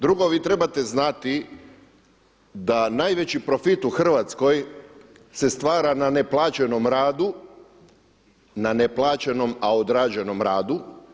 Drugo, vi trebate znati da najveći profit u Hrvatskoj se stvara na neplaćenom radu, na neplaćenom a odrađenom radu.